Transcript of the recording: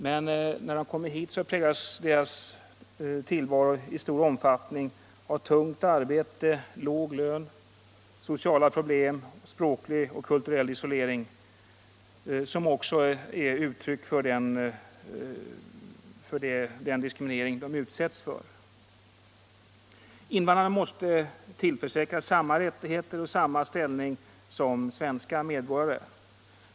Men när de kommer hit präglas deras tillvaro i stor omfattning av tungt arbete, låg lön, sociala problem samt språklig och kulturell isolering, som också är uttryck för den diskriminering de utsätts för. Invandrarna måste tillförsäkras samma rättigheter och samma ställning som de svenska medborgarna.